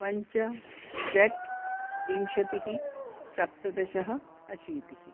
पञ्च षट् विंशतिः सप्तदशः अशीतिः